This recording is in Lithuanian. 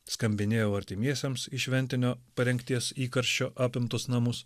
skambinėjau artimiesiems į šventinio parengties įkarščio apimtus namus